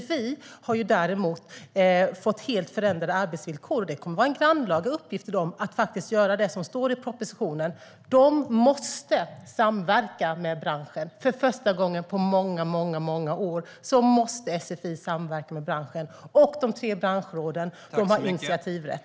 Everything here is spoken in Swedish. SFI har däremot fått helt förändrade arbetsvillkor, och det kommer att vara en grannlaga uppgift för SFI att göra det som står i propositionen. Man måste samverka med branschen. För första gången på många, många år måste SFI samverka med branschen. De tre branschråden har initiativrätt.